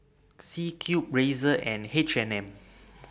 C Cube Razer and H and M